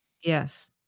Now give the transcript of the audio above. Yes